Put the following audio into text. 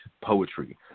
poetry